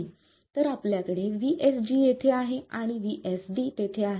तर आपल्याकडे vSG येथे आहे आणि vSD तेथे आहे